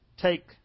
take